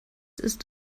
ist